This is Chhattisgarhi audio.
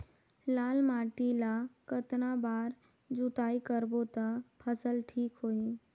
लाल माटी ला कतना बार जुताई करबो ता फसल ठीक होती?